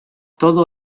todo